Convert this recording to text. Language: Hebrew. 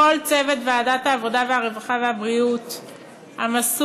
לכל צוות ועדת העבודה, הרווחה והבריאות המסור,